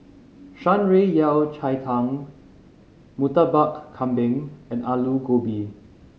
Shan Rui Yao Cai Tang Murtabak Kambing and Aloo Gobi